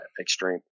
extreme